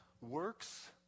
works